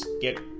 get